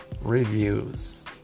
reviews